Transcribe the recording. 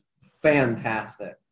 fantastic